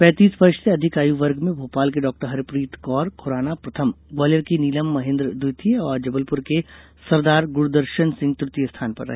पैंतीस वर्ष से अधिक आय वर्ग में भोपाल के डॉ हरप्रीत कौर खुराना प्रथम ग्वालियर की नीलम महेन्द्र द्वितीय और जबलपुर के सरदार गुरदर्शन सिंह तुतीय स्थान पर रहे